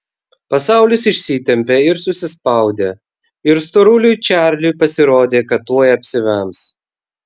pasaulis išsitempė ir susispaudė ir storuliui čarliui pasirodė kad tuoj apsivems